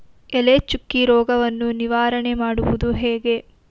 ಎಲೆ ಚುಕ್ಕಿ ರೋಗವನ್ನು ನಿವಾರಣೆ ಮಾಡುವುದು ಹೇಗೆ?